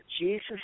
Jesus